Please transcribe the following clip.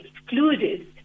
excluded